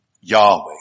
Yahweh